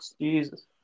Jesus